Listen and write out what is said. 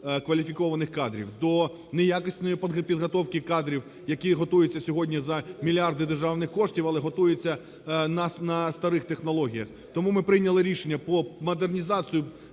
кваліфікованих кадрів, до неякісної підготовки кадрів, які готуються сьогодні за мільярди державних коштів, але готуються на старих технологіях. Тому ми прийняли рішення по модернізації